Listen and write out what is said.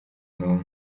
numwe